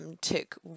took